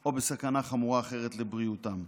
או בסכנה חמורה אחרת לבריאותם.